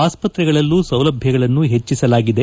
ಆಸ್ಪತ್ರೆಗಳಲ್ಲೂ ಸೌಲಭ್ಯಗಳನ್ನು ಹೆಚ್ಚಿಸಲಾಗಿದೆ